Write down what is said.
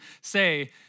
say